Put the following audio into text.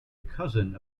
cousin